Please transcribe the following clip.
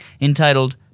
entitled